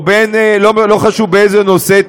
לא חשוב באיזה נושא,